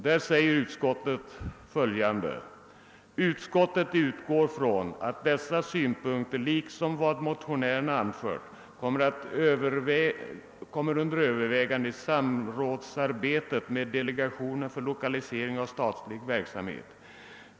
Utskottet säger följande: »Utskottet utgår från att dessa synpunkter liksom vad motionärerna anfört kommer under övervägande i samrådsarbetet med delegationen för lokalisering av:statlig verksamhet.